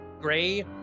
gray